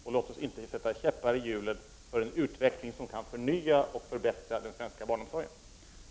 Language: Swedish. Och låt oss inte sätta käppar i hjulen för en utveckling som kan förnya och förbättra den svenska barnomsorgen!